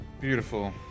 Beautiful